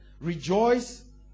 Rejoice